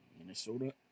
Minnesota